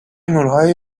نورهای